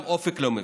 גם אופק לא מבין,